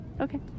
Okay